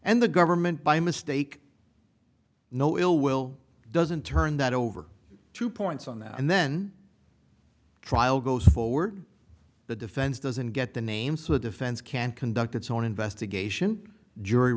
and the government by mistake no ill will doesn't turn that over to points on that and then trial goes forward the defense doesn't get the name so the defense can conduct its own investigation jury